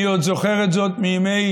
אני זוכר את זה עוד מימי